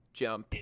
jump